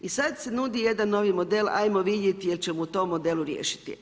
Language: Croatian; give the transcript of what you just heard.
I sad se nudi jedan novi model, ajmo vidjeti jel' ćemo u tom modelu riješiti.